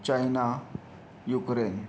China Ukraine